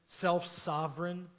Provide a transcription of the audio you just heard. self-sovereign